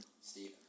Steve